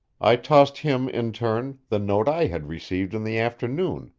i tossed him in turn the note i had received in the afternoon,